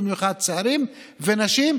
במיוחד צעירים ונשים,